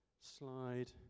slide